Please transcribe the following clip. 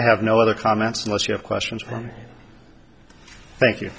i have no other comments unless you have questions from thank you